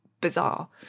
bizarre